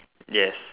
yes